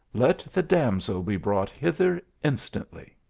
let the damsel be brought hither instantly